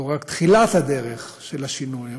זו רק תחילת הדרך של השינוי,